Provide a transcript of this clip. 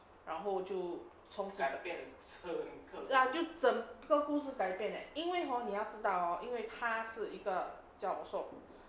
然后就重新就整个故事改变嘞因为你要知道噢因为他是一个教授